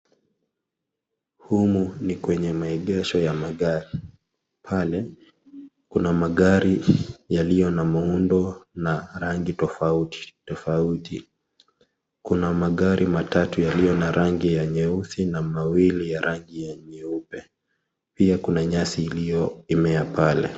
Humu ni kwenye maeegesho ya magari, pale kuna magari yaliyo na muundo na rangi tofauti tofauti, kuna magari matatu yaliyo na rangi ya nyeusi na mawili ya rangi nyeupe pia kuna nyasi iliyomea pale.